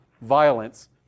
Violence